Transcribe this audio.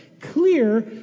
clear